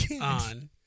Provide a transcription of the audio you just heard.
On